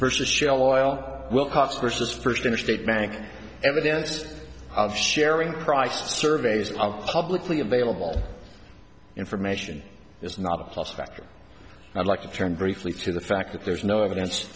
versus shell oil will cost vs first interstate bank evidence of sharing price surveys of publicly available information is not a plus factor i'd like to turn briefly to the fact that there's no evidence